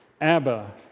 Abba